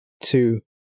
two